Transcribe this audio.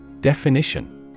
Definition